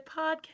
Podcast